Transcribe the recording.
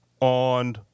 on